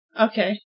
Okay